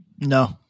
No